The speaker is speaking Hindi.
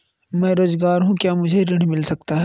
मैं बेरोजगार हूँ क्या मुझे ऋण मिल सकता है?